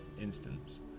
instance